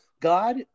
God